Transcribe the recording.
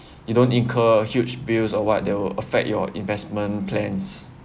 you don't incur huge bills or what that will affect your investment plans